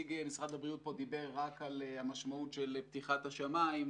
נציג משרד הבריאות פה דיבר רק על המשמעות של פתיחת השמיים.